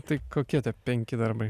tai kokie tie penki darbai